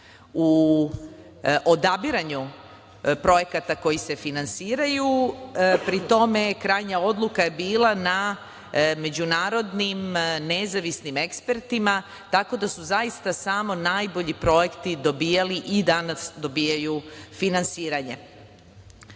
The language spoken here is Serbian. u odabiranju projekata koji se finansiraju, pri tome krajnja odluka je bila na međunarodnim nezavisnim ekspertima, tako da su zaista samo najbolji projekti dobijali i danas dobijaju finansiranja. Naravno,